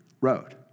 Road